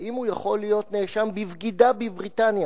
האם הוא יכול להיות נאשם בבגידה בבריטניה?